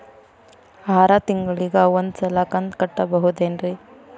ಆರ ತಿಂಗಳಿಗ ಒಂದ್ ಸಲ ಕಂತ ಕಟ್ಟಬಹುದೇನ್ರಿ?